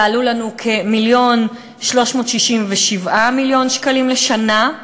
תעלה לנו כמיליון ו-367,000 שקלים לשנה.